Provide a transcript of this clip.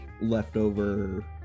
leftover